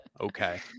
Okay